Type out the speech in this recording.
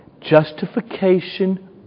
justification